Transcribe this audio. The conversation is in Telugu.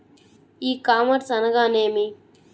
ఈ కామర్స్ అనగానేమి?